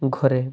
ଘରେ